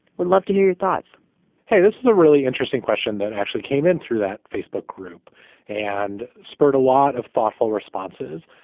we'd love to hear your thoughts hey, this is a really interesting question that actually came in through that facebook group and spurred a lot of thoughtful responses.